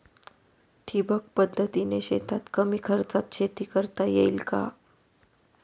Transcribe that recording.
ठिबक पद्धतीने शेतात कमी खर्चात शेती करता येईल का?